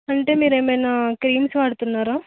అంటే మీరేమైనా క్రీమ్స్ వాడుతున్నారా